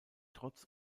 trotz